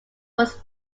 was